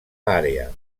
àrea